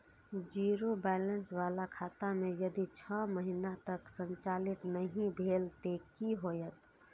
Zero balance बाला खाता में यदि छः महीना तक संचालित नहीं भेल ते कि होयत?